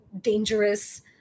dangerous